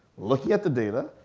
looking at the data,